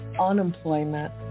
unemployment